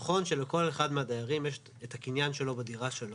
נכון שלכל אחד מהדיירים יש את הקניין שלו בדירה שלו,